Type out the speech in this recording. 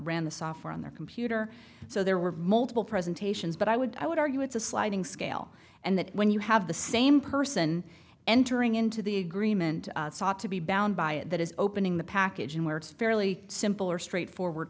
ran the software on their computer so there were multiple presentations but i would i would argue it's a sliding scale and that when you have the same person entering into the agreement sought to be bound by it that is opening the package and where it's fairly simple or straightforward